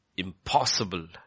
impossible